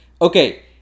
Okay